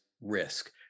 risk